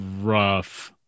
rough